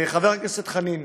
חבר הכנסת חנין,